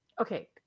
okay